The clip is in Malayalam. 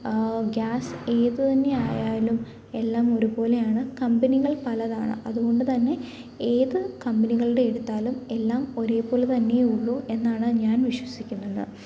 ഗ്യാസ് ഏത് തന്നെയായാലും എല്ലാം ഒരുപോലെയാണ് കമ്പനികൾ പലതാണ് അതുകൊണ്ട് തന്നെ ഏത് കമ്പനികളുടെ എടുത്താലും എല്ലാം ഒരേപോലെ തന്നെ ഉള്ളൂ എന്നാണ് ഞാൻ വിശ്വസിക്കുന്നത്